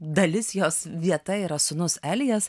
dalis jos vieta yra sūnus elijas